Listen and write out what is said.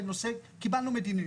קיבלנו מדיניות.